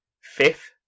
Fifth